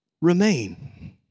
remain